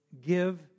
give